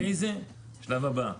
אחרי זה, השלב הבא.